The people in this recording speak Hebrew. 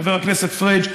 חבר הכנסת פריג',